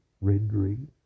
rendering